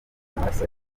amaraso